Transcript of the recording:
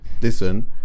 listen